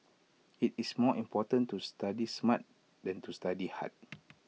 IT is more important to study smart than to study hard